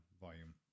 volume